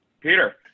Peter